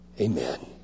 Amen